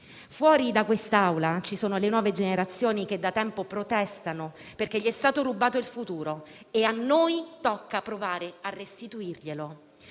Fuori da quest'Aula ci sono le nuove generazioni che da tempo protestano perché gli è stato rubato il futuro e a noi tocca provare a restituirglielo.